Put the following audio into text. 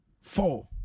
four